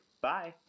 Bye